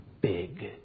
big